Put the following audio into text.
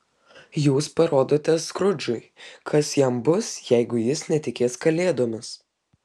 jūs parodote skrudžui kas jam bus jeigu jis netikės kalėdomis